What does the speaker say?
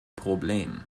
problem